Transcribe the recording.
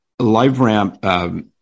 LiveRamp